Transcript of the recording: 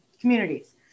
communities